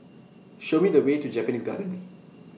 Show Me The Way to Japanese Garden